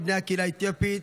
מבני הקהילה האתיופית,